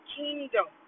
kingdom